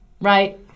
right